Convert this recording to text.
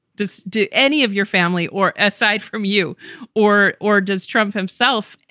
does do any of your family or aside from you or or does trump himself,